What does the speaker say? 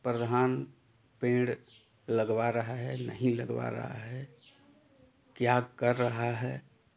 प्रधान पेड़ लगवा रहा है नहीं लगवा रहा है क्या कर रहा है